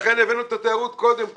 לכן הבאנו את התיירות קודם כל.